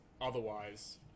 otherwise